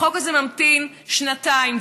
החוק הזה ממתין שנתיים,